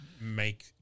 make